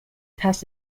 past